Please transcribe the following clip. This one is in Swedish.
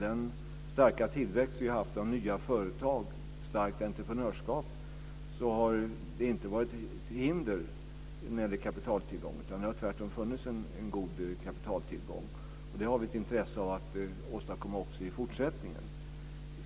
Den starka tillväxt av nya företag och det starka entreprenörskap som vi har haft har inte varit ett hinder när det gäller kapitaltillgång. Det har tvärtom funnits en god kapitaltillgång. Vi har ett intresse av att åstadkomma detta även i fortsättningen.